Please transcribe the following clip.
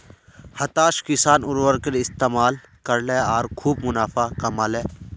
हताश किसान उर्वरकेर इस्तमाल करले आर खूब मुनाफ़ा कमा ले